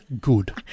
Good